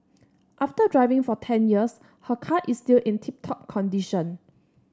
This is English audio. after driving for ten years her car is still in tip top condition